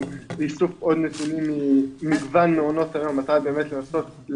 איסוף עוד נתונים ממגוון המעונות ייקבע מתי באמת לעשות,